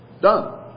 done